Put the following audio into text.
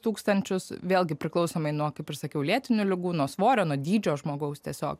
tūkstančius vėlgi priklausomai nuo kaip ir sakiau lėtinių ligų nuo svorio nuo dydžio žmogaus tiesiog